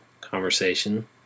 conversation